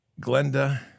Glenda